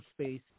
space